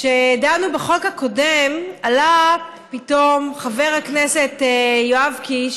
כשדנו בחוק הקודם עלה פתאום חבר הכנסת יואב קיש,